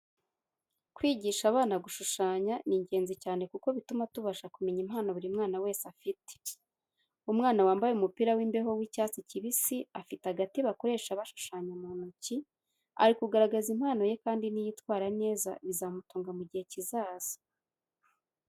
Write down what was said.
Kwigisha abana gushushanya ni ingenzi cyane kuko bituma tubasha kumenya impano buri mwana wese afite. Umwana wambaye umupira w'imbeho w'icyatsi kibisi, afite agati bakoresha bashushanya mu ntoki, ari kugaragaza impano ye kandi niyitwara neza, bizamutunga mu gihe kiza.